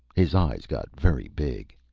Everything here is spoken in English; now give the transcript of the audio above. his eyes got very big.